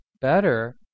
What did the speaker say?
better